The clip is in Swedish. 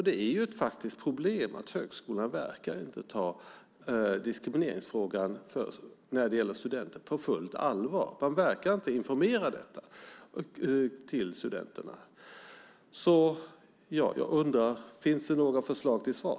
Det är ett problem att högskolorna inte verkar ta frågan om diskriminering av studenter på fullt allvar. Man verkar inte informera studenterna om detta. Finns det några förslag till svar?